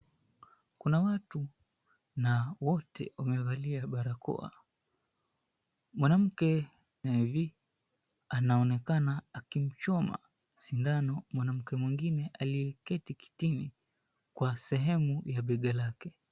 Kuna watu na wote wamevalia barakoa, mwanamke nesi anaonekana akichoma sindano mwanamke mwingine aliyeketi kitini kwa sehemu la bega lake.